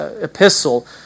epistle